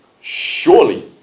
surely